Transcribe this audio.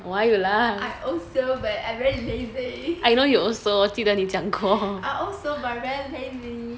I also man but I very lazy I also but I very lazy